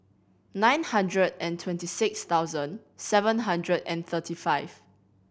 nine hundred and twenty six thousand seven hundred and thirty five